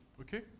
Okay